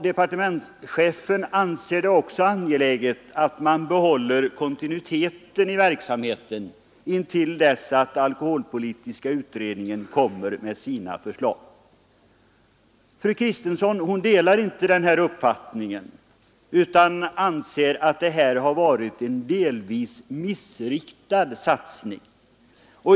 Departementschefen anser det också angeläget att man behåller kontinuiteten i verksamheten intill dess att alkoholpolitiska utredningen kommer med sina förslag. Fru Kristensson delar inte den uppfattningen utan anser att denna satsning delvis har varit missriktad.